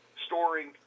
storing